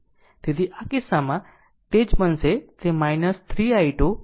તેથી આ કિસ્સામાં તે જે બનશે તે 3 i2 12 બનશે